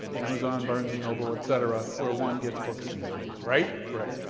amazon, barnes and noble, et cetera where one gets books these days, right? correct.